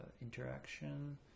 interaction